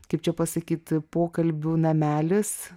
kaip čia pasakyt pokalbių namelis